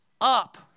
up